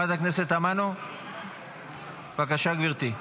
בבקשה, גברתי.